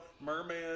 Merman